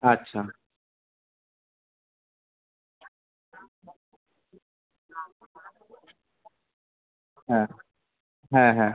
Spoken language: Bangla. আচ্ছা হ্যাঁ হ্যাঁ হ্যাঁ